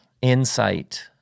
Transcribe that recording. insight